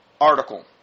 article